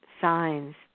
signs